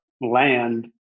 land